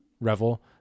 Revel